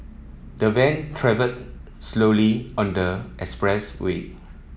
the van travelled slowly on the expressway